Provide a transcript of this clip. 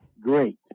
Great